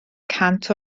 cant